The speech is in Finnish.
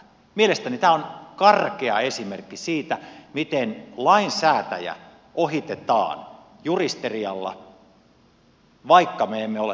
mielestäni tämä on karkea esimerkki siitä miten lainsäätäjä ohitetaan juristerialla vaikka me emme ole sitä tarkoittaneet